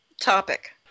topic